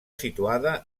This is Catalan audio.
situada